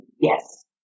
Yes